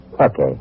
Okay